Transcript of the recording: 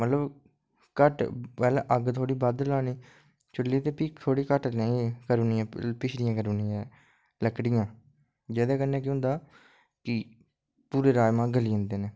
मतलब घट्ट पैह्ले अग्ग थोड़ी बद्ध लानी चुली ते फ्ही थोड़ी घट्ट करी ओङ़नी फ्ही पिछडियां करी ओङ़नी लकड़ियां जेह्दे कन्ने केह् होंदा कि पूरे राजमाह् गली जंदे न